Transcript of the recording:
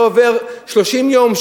לא עוברים 30 יום,